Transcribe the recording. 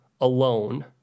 alone